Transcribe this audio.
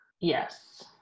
yes